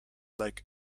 like